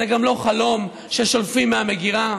זה גם לא חלום ששולפים מהמגירה.